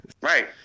Right